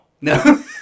No